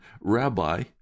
Rabbi